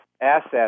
assets